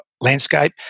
landscape